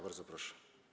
Bardzo proszę.